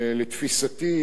לתפיסתי,